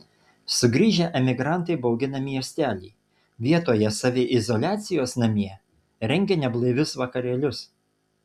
sugrįžę emigrantai baugina miestelį vietoje saviizoliacijos namie rengia neblaivius vakarėlius